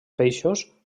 peixos